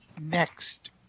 next